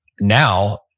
now